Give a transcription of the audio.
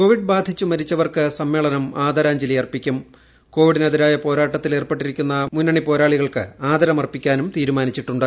കോഡിഡ് ബാധിച്ചു മരിച്ചവർക്ക് സമ്മേളനം ആദരാഞ്ജലി അർപ്പിക്കും പ് കോവിഡിനെതിരായ പോരാട്ടത്തിൽ ഏർപ്പെട്ടിരിക്കുന്ന മുൻനിരപ്പോരാളികൾക്ക് ആദരമർപ്പിക്കാനും തീരുമാനിച്ചിട്ടുണ്ട്